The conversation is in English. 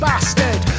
Bastard